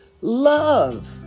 love